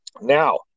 Now